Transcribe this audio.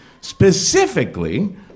Specifically